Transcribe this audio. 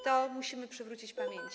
To musimy przywrócić pamięci.